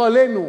לא עלינו,